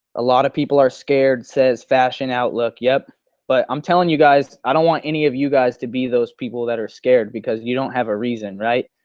a lot of people are scared says fashion outlook. yep but i'm telling you guys, i don't want any of you guys to be those people that are scared because you don't have a reason right.